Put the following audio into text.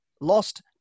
lost